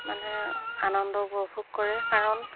মানে আনন্দ উপভোগ কৰে কাৰণ